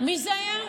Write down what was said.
מי זה היה?